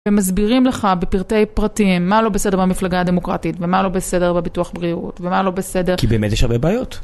ומסבירים לך בפרטי פרטים מה לא בסדר במפלגה הדמוקרטית ומה לא בסדר בביטוח בריאות ומה לא בסדר כי באמת יש הרבה בעיות